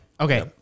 Okay